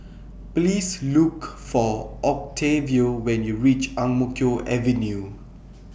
Please Look For Octavio when YOU REACH Ang Mo Kio Avenue